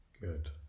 Good